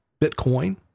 Bitcoin